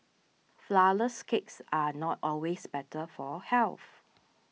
Flourless Cakes are not always better for health